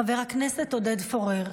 חבר הכנסת עודד פורר,